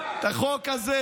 את החוק הזה,